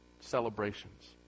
celebrations